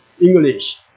English